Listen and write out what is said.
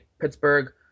Pittsburgh